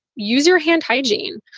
use your hand hygiene.